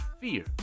fear